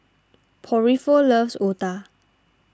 Porfirio loves Otah